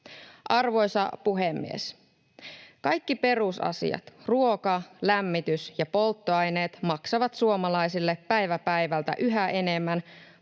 Arvoisa puhemies! Kaikki perusasiat — ruoka, lämmitys ja polttoaineet — maksavat suomalaisille päivä päivältä yhä enemmän,